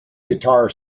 guitar